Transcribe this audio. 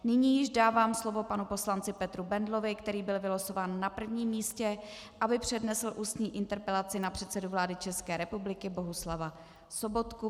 Nyní již dávám slovo panu poslanci Petr Bendlovi, který byl vylosován na prvním místě, aby přednesl ústní interpelaci na předsedu vlády České republiky Bohuslava Sobotku.